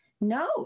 no